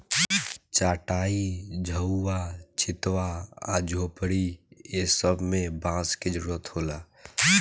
चाटाई, झउवा, छित्वा आ झोपड़ी ए सब मे बांस के जरुरत होला